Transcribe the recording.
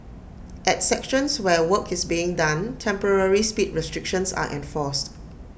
at sections where work is being done temporary speed restrictions are enforced